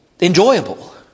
enjoyable